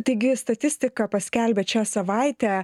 taigi statistiką paskelbėt šią savaitę